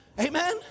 Amen